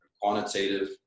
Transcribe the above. quantitative